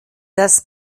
das